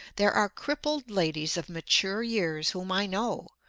there are crippled ladies of mature years whom i know,